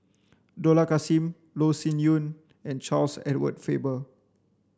Dollah Kassim Loh Sin Yun and Charles Edward Faber